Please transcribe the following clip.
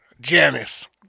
Janice